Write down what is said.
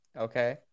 okay